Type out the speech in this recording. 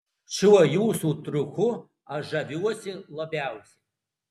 šiuo jūsų triuku aš žaviuosi labiausiai